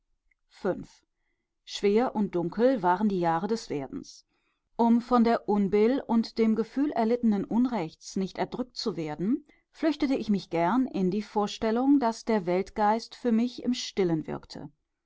schwer und dunkel waren die jahre des werdens um von der unbill und dem gefühl erlittenen unrechts nicht erdrückt zu werden flüchtete ich mich gern in die vorstellung daß der weltgeist für mich im stillen wirkte